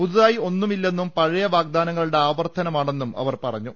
പുതു തായി ഒന്നും ഇല്ലെന്നും പഴയ വാഗ്ദാനങ്ങളുടെ ആവർത്തനമാ ണെന്നും അവർ പറഞ്ഞു